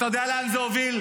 אתה יודע לאן זה מוביל?